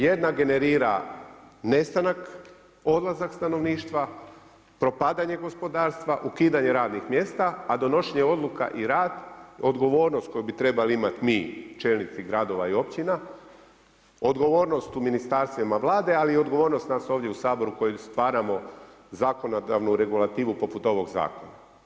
Jedna generira nestanak, odlazak stanovništva, propadanje gospodarstva, ukidanje radnih mjesta, a donošenje odluka i rad, odgovornost koju bi trebali imati mi čelnici gradova i općina, odgovornost u ministarstvima, Vlade, ali i odgovornost nas ovdje u Saboru koju stvaramo zakonodavnu regulativu poput ovog zakona.